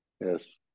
Yes